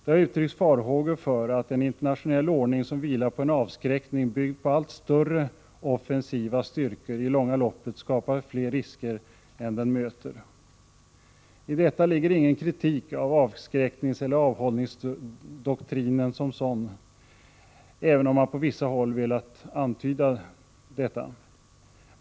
Det har uttryckts farhågor för att en internationell ordning, som vilar på en avskräckning byggd på allt större offensiva styrkor, i det långa loppet skapar fler risker än den möter. I detta ligger ingen kritik av avskräckningseller avhållningsdoktrinen som sådan, även om man på vissa håll velat antyda detta.